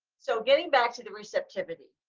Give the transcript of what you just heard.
so getting back to the receptivity,